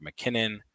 McKinnon